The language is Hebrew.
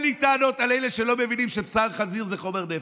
אין לי טענות לאלה שלא מבינים שבשר חזיר זה חומר נפץ,